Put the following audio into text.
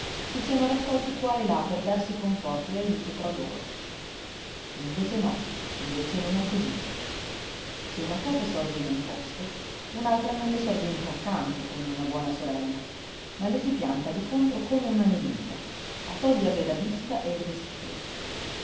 si siano raccolti qua e là per darsi conforto e ajuto tra loro e invece no invece non è cosí se una casa sorge in un posto un'altra non le sorge mica accanto come una buona sorella ma le si pianta di contro come una nemica a toglierle la vista e il respiro